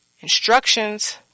Instructions